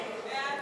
נגד?